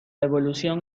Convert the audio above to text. evolución